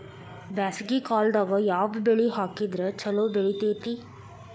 ಬ್ಯಾಸಗಿ ಕಾಲದಾಗ ಯಾವ ಬೆಳಿ ಹಾಕಿದ್ರ ಛಲೋ ಬೆಳಿತೇತಿ?